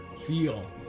feel